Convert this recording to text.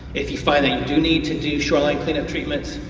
if you find that you do need to do shoreline cleanup treatments,